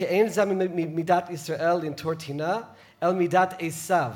כי אין זה ממידת ישראל לנטור טינה, אלא מידת עשיו.